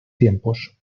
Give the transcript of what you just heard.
tiempos